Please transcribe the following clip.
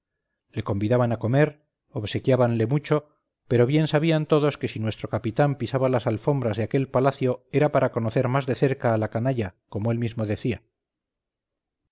le convidaban a comer obsequiábanle mucho pero bien sabían todos que si nuestro capitán pisaba las alfombras de aquel palacio era para conocer más de cerca a la canalla como él mismo decía